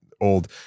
old